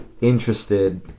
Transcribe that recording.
interested